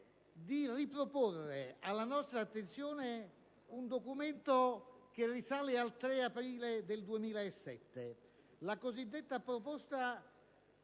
di riproporre alla nostra attenzione un documento che risale al 3 aprile 2007, la cosiddetta proposta